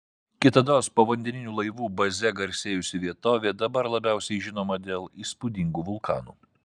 kitados povandeninių laivų baze garsėjusi vietovė dabar labiausiai žinoma dėl įspūdingų vulkanų